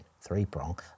three-prong